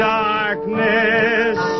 darkness